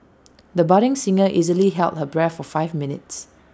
the budding singer easily held her breath for five minutes